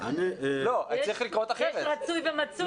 יש רצוי ומצוי.